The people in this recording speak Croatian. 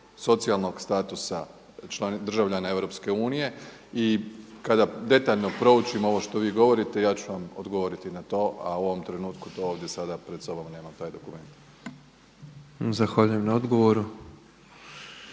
socijalnog statusa državljana EU i kada detaljno proučim ovo što vi govorite ja ću vam odgovoriti na to, a u ovom trenutku to ovdje sada pred sobom nemam taj dokument. **Petrov,